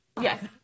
Yes